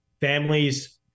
families